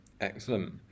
Excellent